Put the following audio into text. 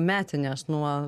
metinės nuo